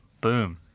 boom